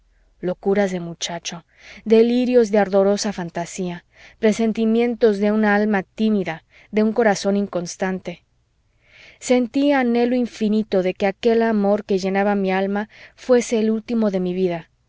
locuras de muchacho delirios de ardorosa fantasía presentimientos de una alma tímida de un corazón inconstante sentí anhelo infinito de que aquel amor que llenaba mi alma fuese el último de mi vida